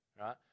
right